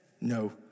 No